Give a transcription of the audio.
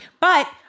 But-